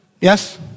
Yes